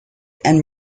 and